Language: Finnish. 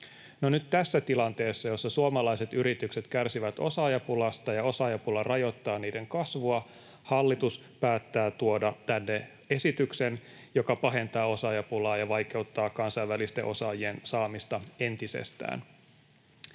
tässä tilanteessa, jossa suomalaiset yritykset kärsivät osaajapulasta ja osaajapula rajoittaa niiden kasvua, hallitus päättää tuoda tänne esityksen, joka pahentaa osaajapulaa ja vaikeuttaa kansainvälisten osaajien saamista entisestään.